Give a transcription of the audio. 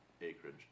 acreage